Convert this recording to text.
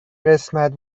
قسمت